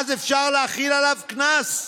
אז אפשר להחיל עליו קנס.